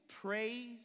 praise